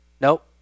Nope